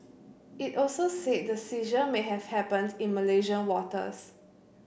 it also said the seizure may have happened in Malaysian waters